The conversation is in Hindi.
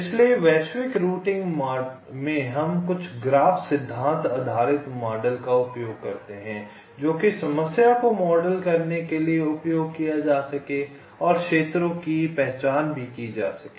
इसलिए वैश्विक रूटिंग में हम कुछ ग्राफ सिद्धांत आधारित मॉडल का उपयोग करते हैं जोकि समस्या को मॉडल करने के लिए उपयोग किया जा सके और क्षेत्रों की पहचान भी की जा सके